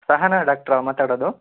ಸಹನಾ ಡಾಕ್ಟ್ರ ಮಾತಾಡೋದು